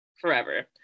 forever